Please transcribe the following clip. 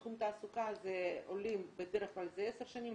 בתחום תעסוקה עולים בדרך כלל זה עשר שנים,